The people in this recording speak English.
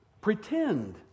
pretend